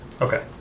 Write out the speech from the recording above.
Okay